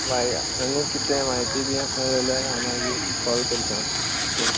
बाय आनी कितें म्हायती बी आ जाल्यार हांव मागीर कॉल करतां ओके